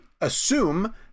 assume